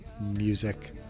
Music